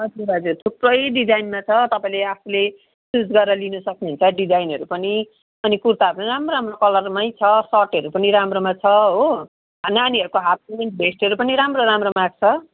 हजुर हजुर थुप्रै डिजाइनमा छ तपाईँले आफूले चुज गरेर लिनु सक्नुहुन्छ डिजाइनहरू पनि अनि कुर्ताहरू राम्रो राम्रो कलरमै छ अनि सर्टहरू पनि राम्रोमा छ हो नानीहरूको हाफपेन्ट भेस्टहरू पनि राम्रो राम्रोमा छ